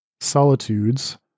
Solitudes